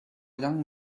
young